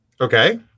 okay